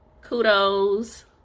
kudos